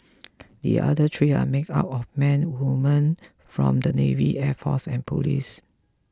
the other three are made up of men and women from the navy air force and police